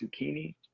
zucchini